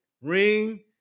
Ring